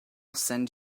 send